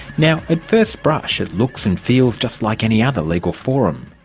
now at first brush, it looks and feels just like any other legal forum.